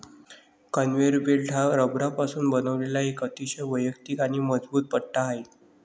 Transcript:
conveyor belt हा रबरापासून बनवलेला एक अतिशय वैयक्तिक आणि मजबूत पट्टा आहे